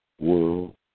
World